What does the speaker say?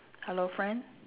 hello friend